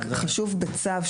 רק חשוב בצו,